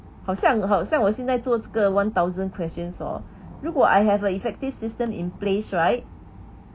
好像好像我现做这个 one thousand questions hor 如果 I have an effective system in place right